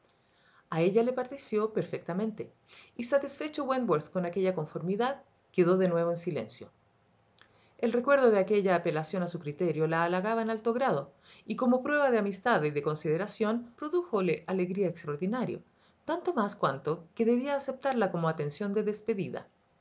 a ella le pareció perfectamente y satisfecho wentworth con aquella conformidad quedó de nuevo en silencio el recuerdo de aquella apelación a su criterio la halagaba en alto grado y corno prueba de amistad y de consideración prodújole alegría extraordinaria tanto más cuanto que debía aceptarla como atención de despedida